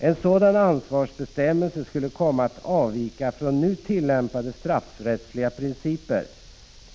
En sådan ansvarsbestämmelse skulle komma att avvika från nu tillämpade straffrättsliga principer.